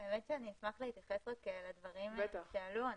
אני אשמח להתייחס לדברים שעלו.